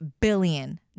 billion